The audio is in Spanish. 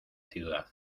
ciudad